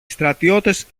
στρατιώτες